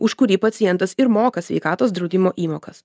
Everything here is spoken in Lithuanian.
už kurį pacientas ir moka sveikatos draudimo įmokas